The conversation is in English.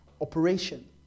operation